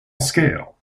scale